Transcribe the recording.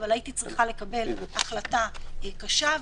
אבל הייתי צריכה לקבל החלטה קשה,